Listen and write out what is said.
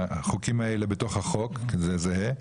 החוקים האלה בתוך החוק, זה זהה.